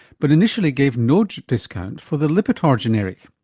but initially gave no discount for the lipitor generic.